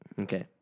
Okay